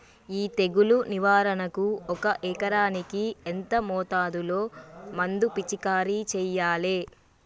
ఈ తెగులు నివారణకు ఒక ఎకరానికి ఎంత మోతాదులో మందు పిచికారీ చెయ్యాలే?